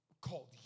called